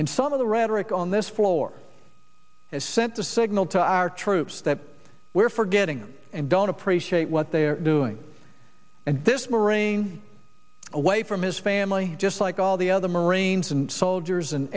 and some of the rhetoric on this floor has sent a signal to our troops that we're forgetting and don't appreciate what they are doing and this merengue away from his family just like all the other marines and soldiers and